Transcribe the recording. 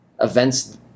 events